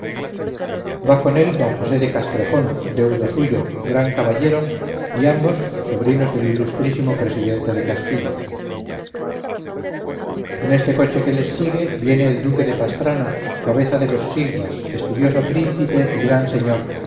va con él don josé de castrejón deudo suyo gran caballero y ambos sobrinos del ilustrísimo presidente de castilla en este coche que les sigue viene el duque de pastrana cabeza de los silvas estudioso príncipe y gran señor